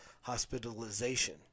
hospitalization